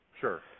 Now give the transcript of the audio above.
Sure